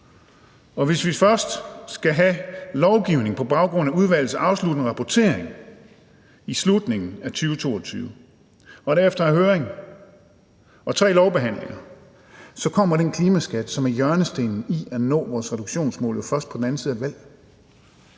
Og hvis vi først skal lave lovgivningen på baggrund af udvalgets afsluttende rapportering i slutningen af 2022 og derefter skal have en høring og tre lovbehandlinger, så kommer den klimaskat, som er hjørnestenen i at nå vores klimamål, først på den anden side af et valg.